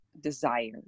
desire